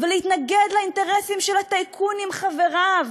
ולהתנגד לאינטרסים של הטייקונים חבריו,